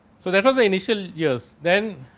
so, that was a initial years then